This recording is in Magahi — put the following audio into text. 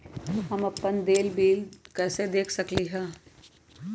हम अपन देल बिल कैसे देख सकली ह?